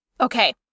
Okay